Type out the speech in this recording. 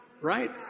Right